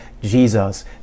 Jesus